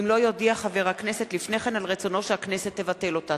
אם לא יודיע חבר הכנסת לפני כן על רצונו שהכנסת תבטל אותה.